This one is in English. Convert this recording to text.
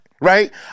Right